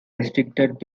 restricted